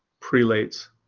prelates